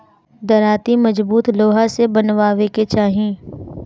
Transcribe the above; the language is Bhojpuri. दराँती मजबूत लोहा से बनवावे के चाही